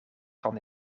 van